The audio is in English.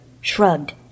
shrugged